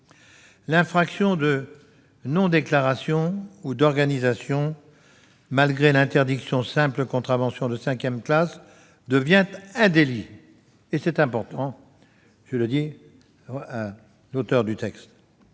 L'infraction de non-déclaration ou d'organisation malgré l'interdiction, simple contravention de cinquième classe, devient un délit ; c'est important. Au cours de ses